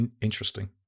interesting